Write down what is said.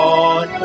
on